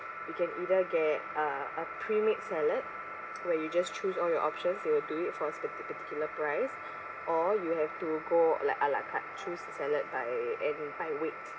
you can either get uh a pre-made salad where you just choose all your options they will do it for us part~ particular price or you have to go like a la carte choose salad by and by weight